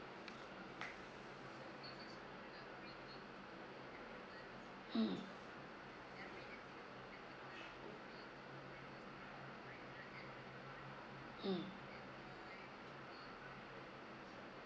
mm mm